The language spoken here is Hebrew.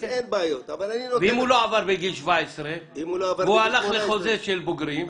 ואם הוא לא עבר בגיל 17 והלך לחוזה של בוגרים?